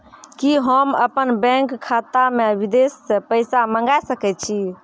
कि होम अपन बैंक खाता मे विदेश से पैसा मंगाय सकै छी?